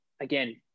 again